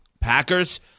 Packers